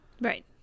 Right